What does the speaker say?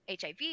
HIV